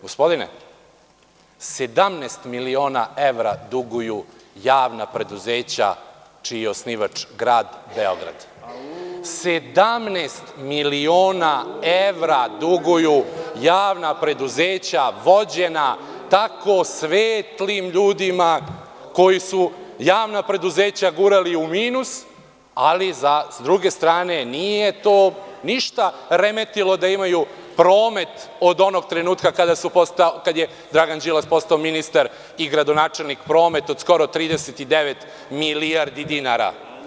Gospodine 17 miliona evra duguju javna preduzeća čiji je osnivač Grad Beograd, 17 miliona evra duguju javna preduzeća vođena tako svetlim ljudima koji su javna preduzeća gurali u minus, ali s druge strane nije to ništa remetilo da imaju promet od onog trenutka kada je Dragan Đilas postao ministar i gradonačelnik, promet od skoro 39 milijardi dinara.